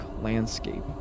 landscape